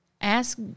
ask